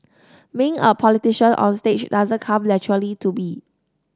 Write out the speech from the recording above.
being a politician onstage doesn't come naturally to me